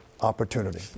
opportunity